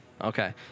Okay